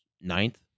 ninth